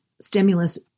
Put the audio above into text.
stimulus